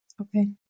Okay